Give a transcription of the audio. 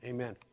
Amen